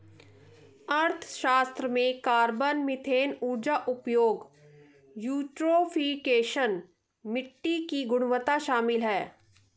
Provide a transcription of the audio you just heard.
अर्थशास्त्र में carbon, methane ऊर्जा उपयोग, यूट्रोफिकेशन, मिट्टी की गुणवत्ता शामिल है